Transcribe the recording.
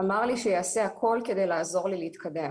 אמר לי שיעשה הכל על מנת לעזור לי להתקדם.